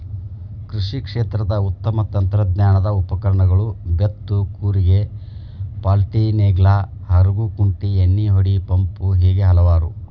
ಕೃಷಿ ಕ್ಷೇತ್ರದ ಉತ್ತಮ ತಂತ್ರಜ್ಞಾನದ ಉಪಕರಣಗಳು ಬೇತ್ತು ಕೂರಿಗೆ ಪಾಲ್ಟಿನೇಗ್ಲಾ ಹರಗು ಕುಂಟಿ ಎಣ್ಣಿಹೊಡಿ ಪಂಪು ಹೇಗೆ ಹಲವಾರು